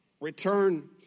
return